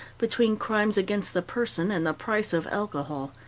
between crimes against the person and the price of alcohol,